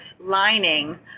lining